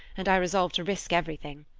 and i resolved to risk everything.